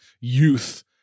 youth